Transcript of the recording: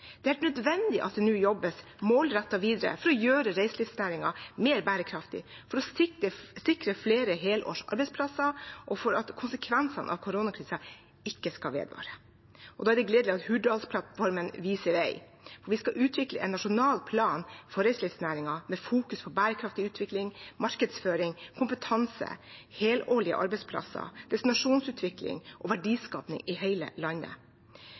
Det er helt nødvendig at det nå jobbes målrettet videre for å gjøre reiselivsnæringen mer bærekraftig, for å sikre flere helårs arbeidsplasser og for at konsekvensene av koronakrisen ikke skal vedvare. Da er det gledelig at Hurdalsplattformen viser vei. Vi skal utvikle en nasjonal plan for reiselivsnæringen med fokus på bærekraftig utvikling, markedsføring, kompetanse, helårige arbeidsplasser, destinasjonsutvikling og verdiskaping i hele landet.